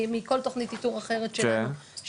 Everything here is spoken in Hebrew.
מכל תוכנית איתור אחרת שלנו,